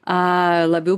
a labiau